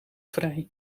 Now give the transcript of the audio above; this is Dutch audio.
vrij